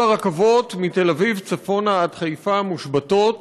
כל הרכבות מתל אביב צפונה עד חיפה מושבתות.